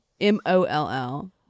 M-O-L-L